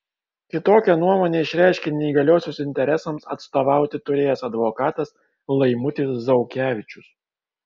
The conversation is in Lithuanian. kitokią nuomonę išreiškė neįgaliosios interesams atstovauti turėjęs advokatas laimutis zaukevičius